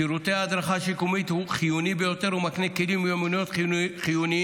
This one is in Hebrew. שירותי ההדרכה השיקומית חיוניים ביותר ומקנים כלים ומיומנויות חיוניים